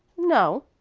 no.